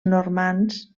normands